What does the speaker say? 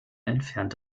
entfernt